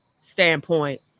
standpoint